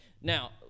Now